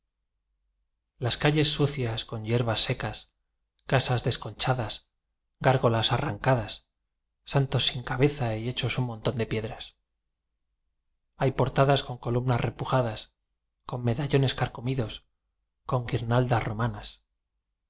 s calles sucias con yerbas secas casas desconchadas gárgolas arrancadas santos sin cabeza y hechos un montón de piedras hay portadas con columnas repujadas con medallones carcomidos con guirnaldas ro